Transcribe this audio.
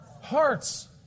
hearts